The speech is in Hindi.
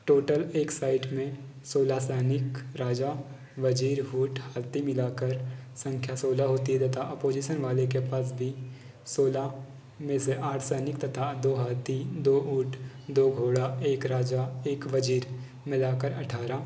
टोटल एक साइड में सोलह सैनिक राजा वज़ीर ऊँट हाथी मिलाकर संख्या सोलह होती है तथा अपोजिसन वाले के पास भी सोलह में से आठ सैनिक तथा दो हाथी दो ऊंट दो घोड़ा एक राजा एक वज़ीर मिलाकर अठारह